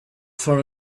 for